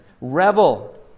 Revel